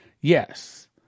Yes